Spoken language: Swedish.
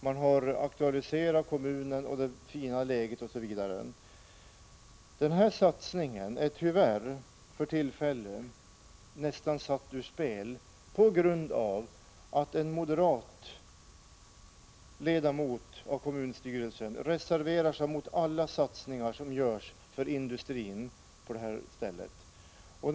Man har aktualiserat kommunens fördelar med dess fina läge osv. Denna satsning är tyvärr för tillfället nästan satt ur spel på grund av att en moderat ledamot av kommunstyrelsen reserverar sig mot alla satsningar som görs för industrin på denna ort.